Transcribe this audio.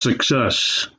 success